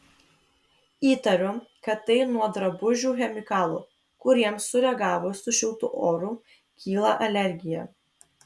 įtariu kad tai nuo drabužių chemikalų kuriems sureagavus su šiltu oru kyla alergija